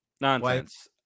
Nonsense